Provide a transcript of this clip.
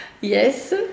Yes